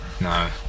No